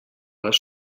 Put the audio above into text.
les